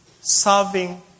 serving